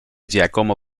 giacomo